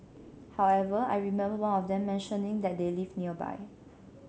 however I remember one of them mentioning that they live nearby